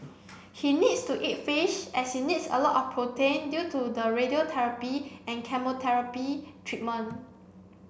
he needs to eat fish as he needs a lot of protein due to the radiotherapy chemotherapy treatment